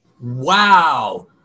Wow